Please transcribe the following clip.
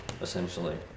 essentially